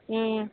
ம்